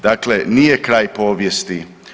Dakle, nije kraj povijesti.